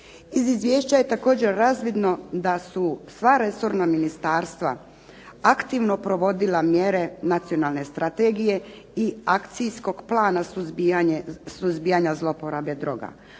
Iz izvješća je također razvidno da su sva resorna ministarstva aktivno provodila mjere nacionalne strategije i Akcijskog plana suzbijanja zloporabe droga.